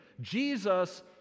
Jesus